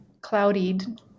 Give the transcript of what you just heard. clouded